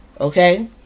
Okay